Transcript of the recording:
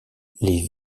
les